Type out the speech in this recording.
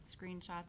screenshots